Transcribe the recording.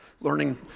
Learning